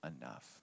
enough